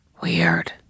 Weird